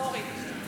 סורי,